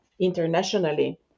internationally